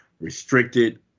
restricted